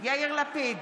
יאיר לפיד,